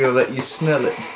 let you smell it.